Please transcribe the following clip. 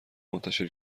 منتشر